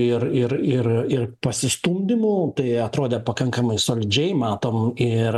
ir ir ir ir pasistumdymų tai atrodė pakankamai solidžiai matom ir